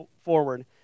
forward